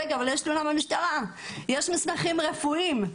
רגע, אבל יש תלונה במשטרה, יש מסמכים רפואיים.